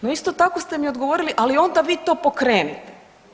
No, isto tako ste mi odgovorili ali onda vi to pokrenite.